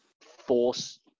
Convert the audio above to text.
force